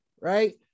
right